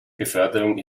beförderung